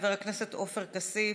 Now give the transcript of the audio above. חבר הכנסת עופר כסיף,